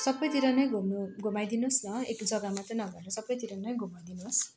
सबैतिर नै घुम्नु घुमाइदिनुहोस् न एक जग्गा मात्र नभएर सबैतिर नै घुमाइदिनुहोस्